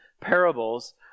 parables